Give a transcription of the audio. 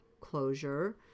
closure